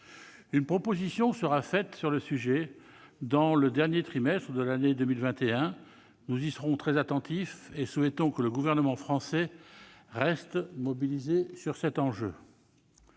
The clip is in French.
Une proposition sera formulée sur le sujet au cours du dernier trimestre de l'année 2021 ; nous y serons très attentifs et souhaitons que le gouvernement français reste mobilisé sur cet enjeu.